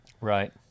Right